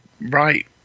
right